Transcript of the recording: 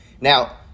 Now